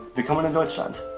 willkommen in deutschland!